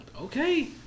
Okay